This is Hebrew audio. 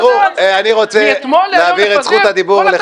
מאתמול להיום לפזר?